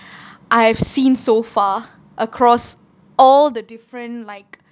I have seen so far across all the different like